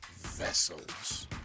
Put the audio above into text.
Vessels